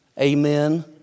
Amen